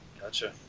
gotcha